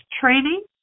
training